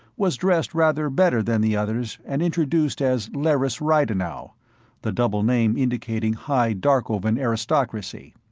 was dressed rather better than the others and introduced as lerrys ridenow the double name indicating high darkovan aristocracy.